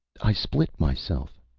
i split myself,